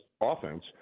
offense –